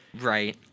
Right